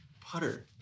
Putter